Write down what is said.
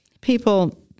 people